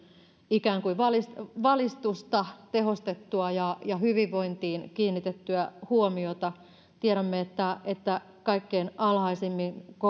ikään kuin valistusta valistusta tehostettua ja ja hyvinvointiin kiinnitettyä huomiota tiedämme että että kaikkein alhaisimmin